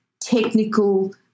technical